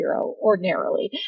ordinarily